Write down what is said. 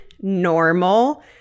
normal